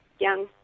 young